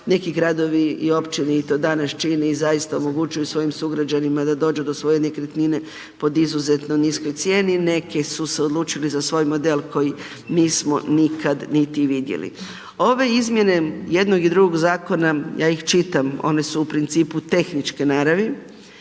neki gradovi i općine i to danas čini i zaista omogućuju svojim sugrađanima da dođu do svoje nekretnine pod izuzetno niskoj cijeni, neki su se odlučili za svoj model koji nismo nikad niti vidjeli. Ove izmjene jednog i drugog zakona, ja ih čitam, one su u principu, tehničke naravi